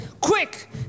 Quick